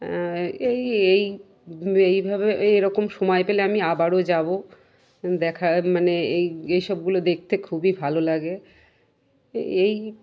এই এই এইভাবে এইরকম সময় পেলে আমি আবারও যাবো দেখা মানে এই এই সবগুলো দেখতে খুবই ভালো লাগে এই